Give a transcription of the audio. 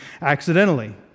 accidentally